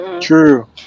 True